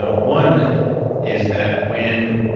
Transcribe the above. ah one is that when.